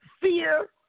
fear